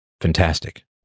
fantastic